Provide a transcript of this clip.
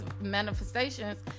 manifestations